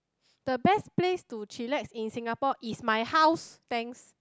the best place to chillax in Singapore is my house thanks